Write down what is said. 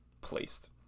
placed